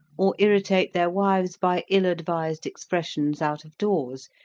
or irritate their wives by ill-advised expressions out of doors,